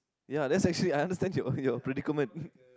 ya that's actually I understand your your critic comment